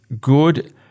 good